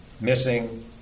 missing